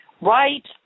Right